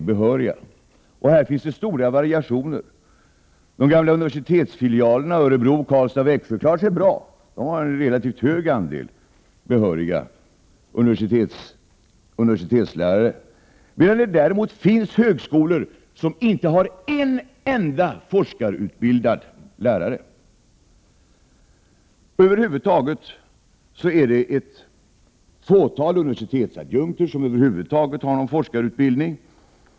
Här finns stora variationer. De gamla universitetsfilialerna i Örebro, Karlstad och Växjö klarar sig bra. De har en relativt hög andel behöriga universitetslärare, medan det finns högskolor som inte har en enda lärare med forskarutbildning. Det är över huvud taget ett fåtal universitetsadjunkter som har forskarutbildning.